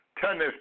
tennis